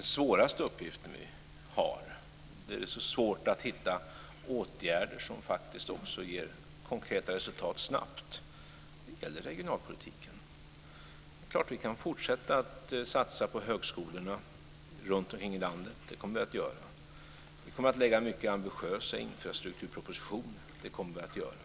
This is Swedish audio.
svåraste uppgiften vi har, Lennart Daléus, är att det är svårt att hitta åtgärder som ger konkreta resultat snabbt inom regionalpolitiken. Vi kan fortsätta att satsa på högskolorna runtomkring i landet. Det kommer vi att göra. Vi kan lägga fram mycket ambitiösa infrastrukturpropositioner. Det kommer vi att göra.